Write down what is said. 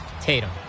Tatum